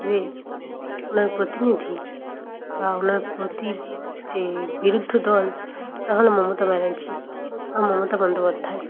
যে ওনার প্রতিনিধি বা ওনার প্রতি যে বিরুদ্ধ দল তা হল মমতা ব্যানার্জি বা মমতা বন্দ্যোপাধ্যায়